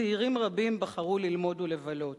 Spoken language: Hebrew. וצעירים רבים בחרו ללמוד ולבלות.